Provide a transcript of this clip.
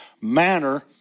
manner